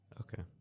okay